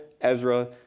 Ezra